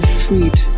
sweet